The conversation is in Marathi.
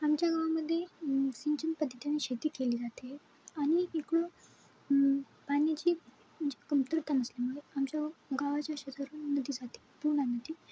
आमच्या गावामध्ये सिंचनपद्धतीने शेती केली जाते आणि इकडं पाण्याची जे कमतरता नसल्यामुळे आमच्या गावाच्या शेजारून नदी जाते पूर्णा नदी